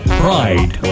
pride